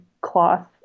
cloth